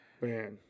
Man